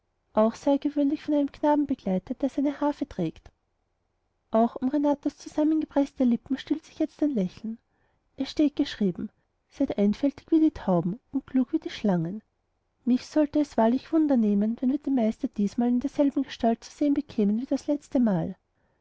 auch sei er gewöhnlich von einem knaben begleitet der seine harfe trägt auch um renatas zusammengepreßte lippen spielt jetzt ein lächeln es steht geschrieben seid einfältig wie die tauben und klug wie die schlangen mich sollte es wahrlich wundernehmen wenn wir den meister diesmal in derselben gestalt zu sehen bekämen wie das letztemal